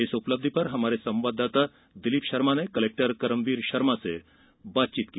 इस उपलब्धि पर हमारे संवाददाता दिलीप शर्मा ने कलेक्टर कर्मवीर शर्मा से बात की